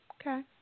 Okay